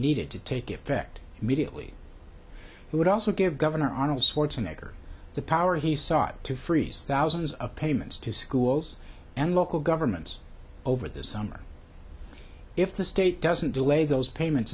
needed to take effect immediately it would also give governor arnold schwarzenegger the power he sought to freeze thousands of payments to schools and local governments over the summer if the state doesn't delay those payments